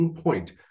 point